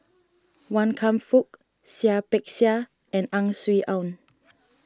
Wan Kam Fook Seah Peck Seah and Ang Swee Aun